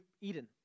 Eden